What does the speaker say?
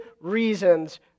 reasons